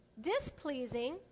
displeasing